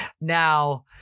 Now